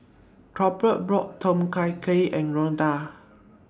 Colbert bought Tom Kha Gai and Ronda